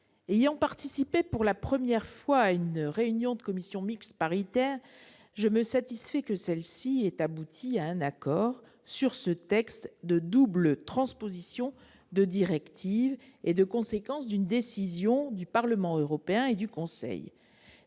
ayant participé pour la première fois à la réunion d'une commission mixte paritaire, je suis satisfaite que celle-ci ait abouti à un accord sur ce texte de double transposition de directives et de conséquence d'une décision du Parlement européen et du Conseil